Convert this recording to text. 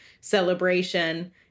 celebration